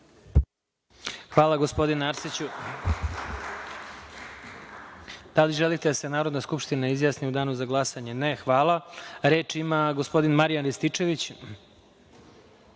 Hvala, gospodine Arsiću. Da li želite da se Narodna skupština izjasni u danu za glasanje? Ne. Hvala. Reč ima gospodin Marijan Rističević. Izvolite.